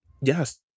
Yes